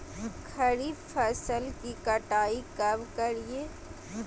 खरीफ फसल की कटाई कब करिये?